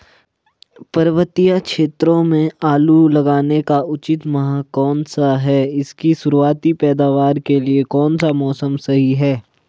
पर्वतीय क्षेत्रों में आलू लगाने का उचित माह कौन सा है इसकी शुरुआती पैदावार के लिए कौन सा मौसम सही है?